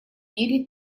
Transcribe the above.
мире